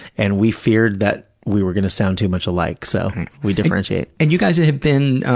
and we feared that we were going to sound too much alike, so we differentiate. and you guys have been